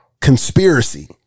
conspiracy